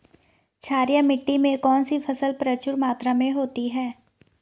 क्षारीय मिट्टी में कौन सी फसल प्रचुर मात्रा में होती है?